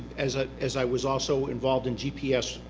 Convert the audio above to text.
as ah as i was also involved in gps